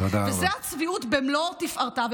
וזו הצביעות במלוא תפארתה.